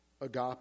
Agape